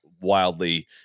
wildly